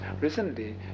recently